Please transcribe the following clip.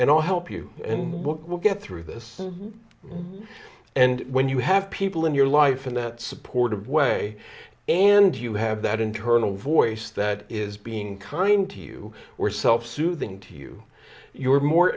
and i'll help you in the book we'll get through this and when you have people in your life and that supportive way and you have that internal voice that is being kind to you were self soothing to you you were more